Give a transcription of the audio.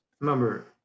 remember